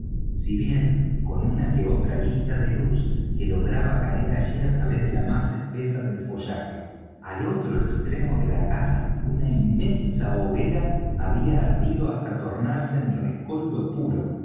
si bien con una que otra lista de luz que lograba caer allí á través de la masa espesa del follaje al otro extremo de la casa una inmensa hoguera había ardido hasta tornarse en rescoldo puro